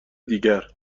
دیگر